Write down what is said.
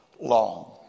long